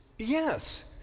Yes